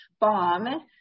bomb